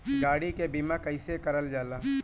गाड़ी के बीमा कईसे करल जाला?